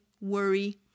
worry